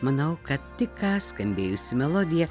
manau kad tik ką skambėjusi melodija